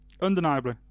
undeniably